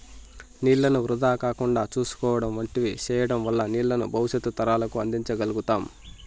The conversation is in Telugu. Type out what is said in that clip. నీళ్ళను వృధా కాకుండా చూసుకోవడం వంటివి సేయడం వల్ల నీళ్ళను భవిష్యత్తు తరాలకు అందించ గల్గుతాం